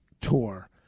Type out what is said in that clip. tour